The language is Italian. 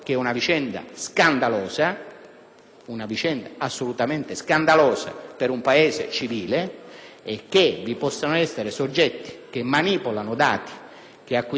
una vicenda assolutamente scandalosa per un Paese civile - è che vi possano essere soggetti che manipolano dati acquisiti nel corso di attività